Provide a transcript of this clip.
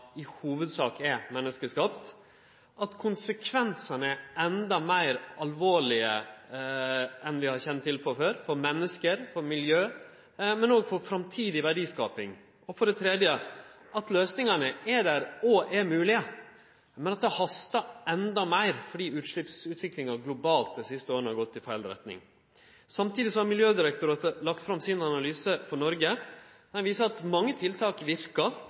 i hovudsak er menneskeskapt, for det andre at konsekvensane er endå meir alvorlege enn vi har kjent til frå før – for menneske, for miljø, men òg for framtidig verdiskaping – og for det tredje at løysingane er der og er moglege, men at det hastar endå meir fordi utsleppsutviklinga globalt dei siste åra har gått i feil retning. Samtidig har Miljødirektoratet lagt fram sin analyse for Noreg. Han viser at mange tiltak verkar,